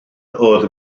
oedd